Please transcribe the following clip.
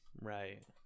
Right